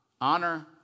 honor